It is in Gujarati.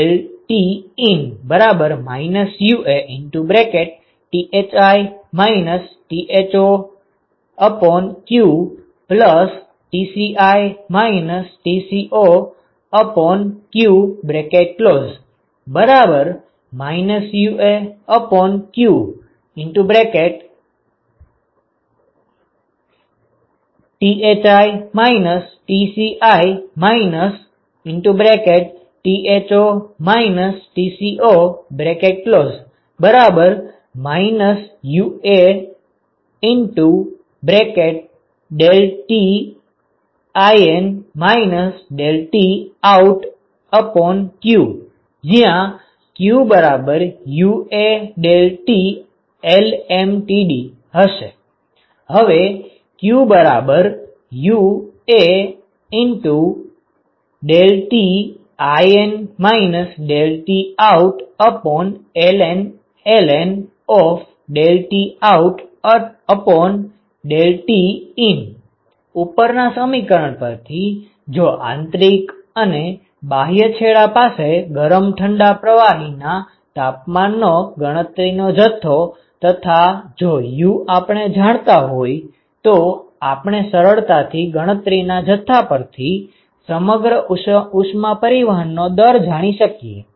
હવે ln ToutTin UAThi ThoqTci Tcoq UAqThi Tci Tho Tco UAqTin Tout ∵qUAΔTlmtd હવે q UATin Toutln ToutTin ઉપરના સમીકરણ પરથી જો આંતરિક અને બાહ્ય છેડા પાસે ગરમ અને ઠંડા પ્રવાહીના તાપમાનનો ગણતરીનો જથ્થો તથા જો યુ આપણે જાણતા હોય તો આપણે સરળતાથી ગણતરીના જથ્થા પરથી સમગ્ર ઉષ્મા પરિવહનનો દર જાણી શકીએ